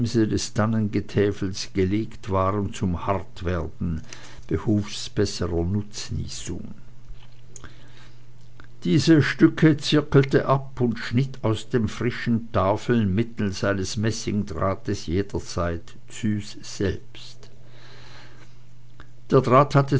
tannengetäfels gelegt waren zum hartwerden behufs besserer nutznießung diese stücke zirkelte ab und schnitt aus den frischen tafeln mittelst eines messingdrahtes jederzeit züs selbst der draht